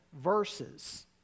verses